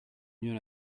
venus